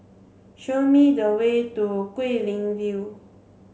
show me the way to Guilin View